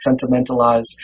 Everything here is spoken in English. sentimentalized